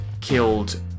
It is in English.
killed